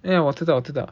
eh 我知道我知道